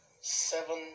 seven